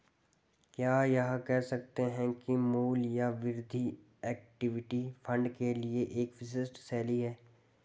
क्या यह कह सकते हैं कि मूल्य या वृद्धि इक्विटी फंड के लिए एक विशिष्ट शैली है?